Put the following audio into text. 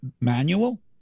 manual